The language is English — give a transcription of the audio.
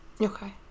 Okay